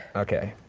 okay.